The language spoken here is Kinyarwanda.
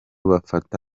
bafata